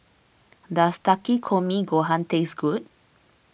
does Takikomi Gohan taste good